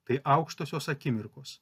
tai aukštosios akimirkos